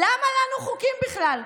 "למה לנו חוקים בכלל?